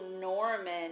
Norman